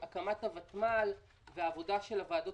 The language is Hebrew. התכנון: הקמת הוותמ"ל והעבודה של הוועדות